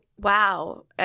wow